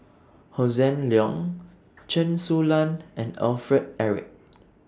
Hossan Leong Chen Su Lan and Alfred Eric